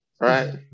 right